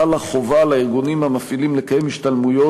חלה חובה על הארגונים המפעילים לקיים השתלמויות